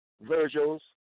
Virgil's